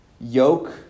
yoke